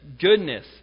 goodness